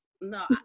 no